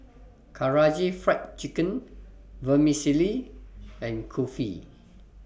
Karaage Fried Chicken Vermicelli and Kulfi